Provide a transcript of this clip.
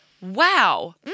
Wow